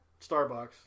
Starbucks